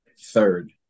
Third